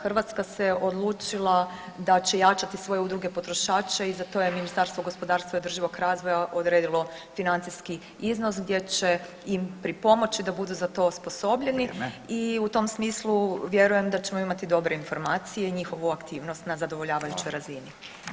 Hrvatska se odlučila da će jačati svoje udruge potrošača i za to je Ministarstvo gospodarstva i održivog razvoja odredilo financijski iznos gdje će im pripomoći da budu za to osposobljeni [[Upadica Radin: Vrijeme.]] I u tom smislu vjerujem da ćemo imati dobre informacije i njihovu aktivnost na zadovoljavajućoj razini.